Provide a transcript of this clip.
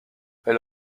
elle